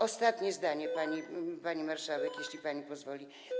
Ostatnie zdanie, pani marszałek, jeśli pani pozwoli.